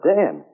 Dan